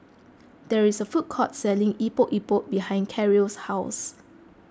there is a food court selling Epok Epok behind Karyl's house